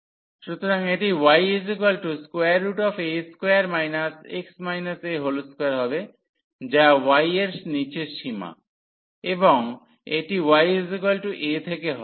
সুতরাং এটি ya2 x a2 হবে যা y এর নীচের সীমা এবং এটি y a থেকে হবে